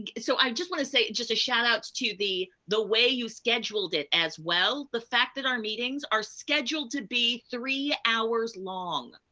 ah so i just wanna say, just a shout out to the the way you scheduled it as well. the fact that our meetings are scheduled to be three hours long,